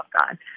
God